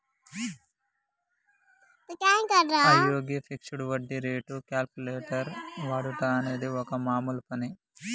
అయ్యో గీ ఫిక్సడ్ వడ్డీ రేటు క్యాలిక్యులేటర్ వాడుట అనేది ఒక మామూలు పని